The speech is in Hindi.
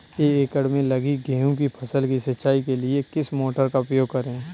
एक एकड़ में लगी गेहूँ की फसल की सिंचाई के लिए किस मोटर का उपयोग करें?